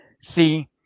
see